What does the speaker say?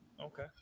Okay